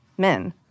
men